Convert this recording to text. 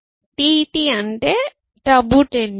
t t అంటే టబు tenure